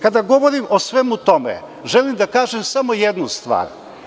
Kada govorim o svemu tome, želim da kažem samo jednu stvar.